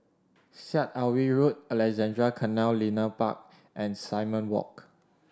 Syed Alwi Road Alexandra Canal Linear Park and Simon Walk